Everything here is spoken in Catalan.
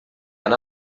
han